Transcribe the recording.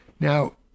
Now